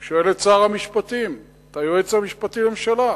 אני שואל את שר המשפטים, את היועץ המשפטי לממשלה: